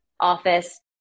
office